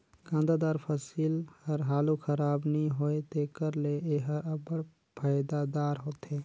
कांदादार फसिल हर हालु खराब नी होए तेकर ले एहर अब्बड़ फएदादार होथे